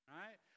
right